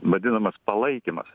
vadinamas palaikymas